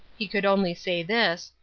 he could only say this,